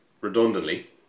Redundantly